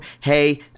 hey